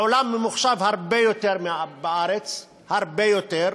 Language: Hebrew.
העולם ממוחשב הרבה יותר מבארץ, הרבה יותר.